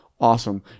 Awesome